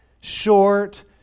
short